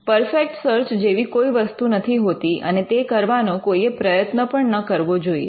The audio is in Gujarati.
પરફેક્ટ સર્ચ જેવી કોઇ વસ્તુ નથી હોતી અને તે કરવાનો કોઈએ પ્રયત્ન પણ ન કરવો જોઈએ